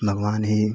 भगवान ही